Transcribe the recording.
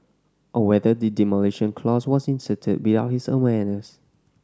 or whether the demolition clause was inserted without his awareness